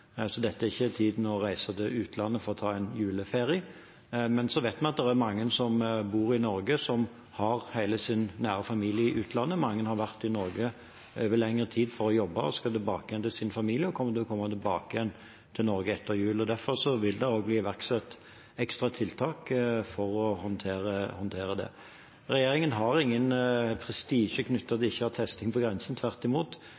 så dette er ikke tiden for å reise til utlandet for å ta en juleferie. Men vi vet at det er mange som bor i Norge som har hele sin nære familie i utlandet. Mange har vært i Norge over lengre tid for å jobbe og skal tilbake igjen til sin familie, og kommer til å komme tilbake igjen til Norge etter jul. Derfor vil det også bli iverksatt ekstra tiltak for å håndtere det. Regjeringen har ingen prestisje knyttet til ikke å ha testing på grensen – tvert imot.